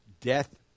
death